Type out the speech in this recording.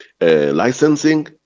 licensing